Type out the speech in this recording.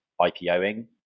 IPOing